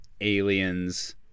aliens